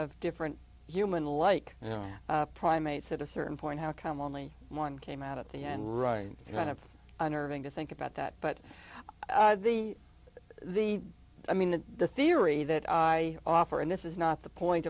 of different human like primates at a certain point how come only one came out at the end right kind of unnerving to think about that but the the i mean the theory that i offer and this is not the point